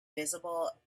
visible